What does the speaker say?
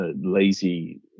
lazy